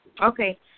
Okay